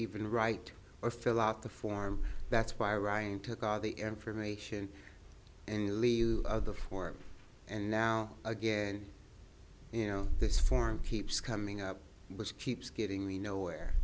even write or fill out the form that's why ryan took out the information and other four and now again you know this form keeps coming up which keeps getting me nowhere